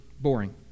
boring